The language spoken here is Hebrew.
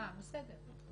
אה, בסדר.